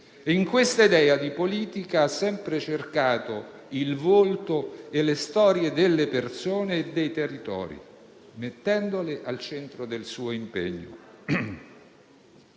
In questa idea di politica ha sempre cercato il volto e le storie delle persone e dei territori mettendole al centro del suo impegno.